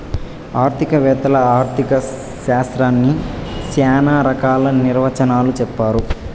ఆర్థిక వేత్తలు ఆర్ధిక శాస్త్రాన్ని శ్యానా రకాల నిర్వచనాలు చెప్పారు